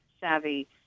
savvy